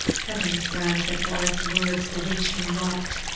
heauens graunt, that warwickes wordes bewitch him not